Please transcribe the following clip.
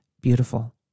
beautiful